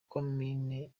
komini